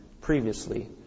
previously